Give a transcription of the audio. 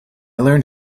learned